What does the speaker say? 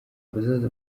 abazaza